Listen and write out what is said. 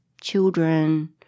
Children